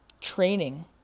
training